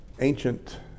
ancient